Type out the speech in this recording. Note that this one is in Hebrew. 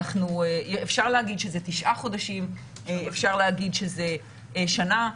אפשר להגיד שזה תשעה חודשים, אפשר להגיד שזה שנה.